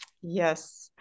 Yes